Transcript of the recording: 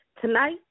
Tonight